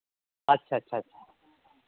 ᱟᱪᱪᱷᱟ ᱟᱪᱪᱷᱟ